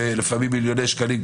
לפעמים מיליוני שקלים,